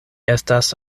estas